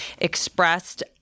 expressed